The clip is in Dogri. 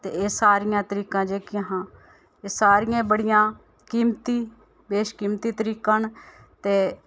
ते एह् सारियां तरीकां जेह्कियां हां एह् सारियां बड़ियां कीमती बेशकीमती तरीकां न ते